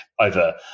over